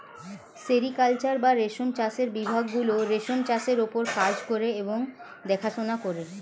sericulture বা রেশম চাষের বিভাগ গুলো রেশম চাষের ওপর কাজ করে এবং দেখাশোনা করে